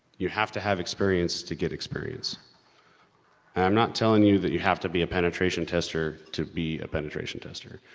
you have to have experience to get experience. yes, and i'm not telling you that you have to be a penetration tester to be a penetration tester,